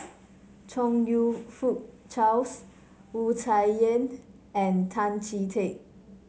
Chong You Fook Charles Wu Tsai Yen and Tan Chee Teck